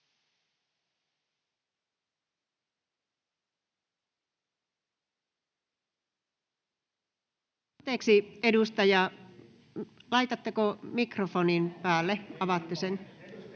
Anteeksi, edustaja, laitatteko mikrofin päälle,